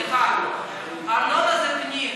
סליחה, ארנונה זה פנים.